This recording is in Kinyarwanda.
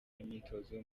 imyitozo